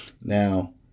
Now